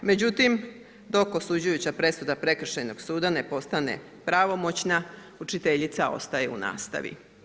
Međutim, dok osuđujuća presuda Prekršajnog suda ne postane pravomoćna, učiteljica ostaje u nastavi.